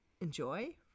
enjoy